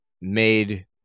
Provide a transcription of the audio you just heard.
made